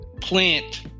plant